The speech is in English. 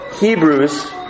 Hebrews